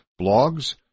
blogs